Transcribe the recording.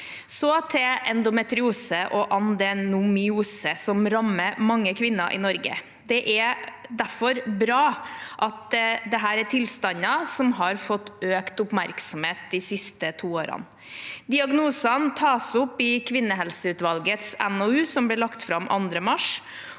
Så til endometriose og adenomyose: Dette rammer mange kvinner i Norge, og det er derfor bra at dette er tilstander som har fått økt oppmerksomhet de siste to årene. Diagnosene tas opp i kvinnehelseutvalgets NOU som ble lagt fram 2. mars,